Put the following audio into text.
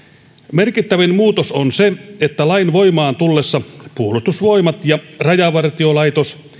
merkittävin muutos on se että lain tullessa voimaan puolustusvoimat ja rajavartiolaitos